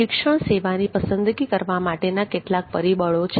શિક્ષણ સંસ્થાની પસંદગી કરવા માટેના કેટલાક પરિબળો છે